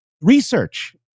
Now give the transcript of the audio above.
Research